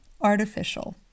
artificial